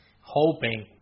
hoping